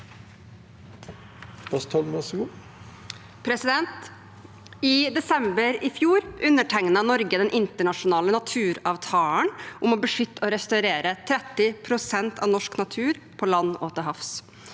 I desember i fjor undertegnet Norge den internasjonale naturavtalen om å beskytte og restaurere 30 pst. av norsk natur på land og til havs.